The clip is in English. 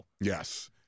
Yes